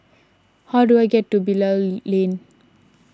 how do I get to Bilal Lane